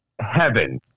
heaven